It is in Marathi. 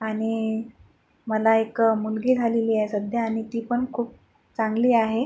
आणि मला एक मुलगी झालेली आहे सध्या आणि तीपण खूप चांगली आहे